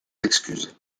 excuses